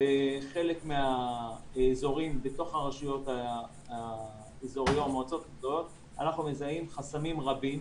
בחלק מהאזורים בתוך המועצות האזוריות חסמים רבים,